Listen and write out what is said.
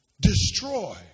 Destroy